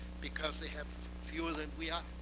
because they have fewer than we are.